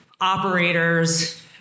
operators